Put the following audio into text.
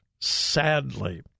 Sadly